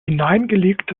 hineingelegte